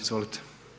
Izvolite.